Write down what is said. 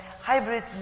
Hybrid